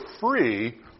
free